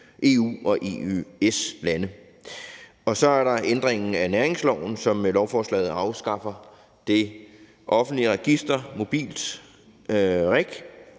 EU- og EØS-lande. Så er der ændringen af næringsloven, som i lovforslaget afskaffer det offentlige register MobiltReg.